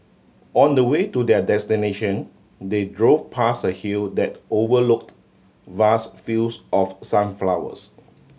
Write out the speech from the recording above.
on the way to their destination they drove past a hill that overlooked vast fields of sunflowers